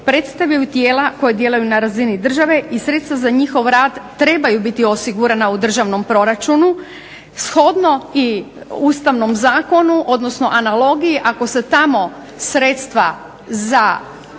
predstavljaju tijela koja djeluju na razini države i sredstva za njihov rad trebaju biti osigurana u državnom proračunu shodno i Ustavnom zakonu odnosno analogiji ako se tamo sredstva za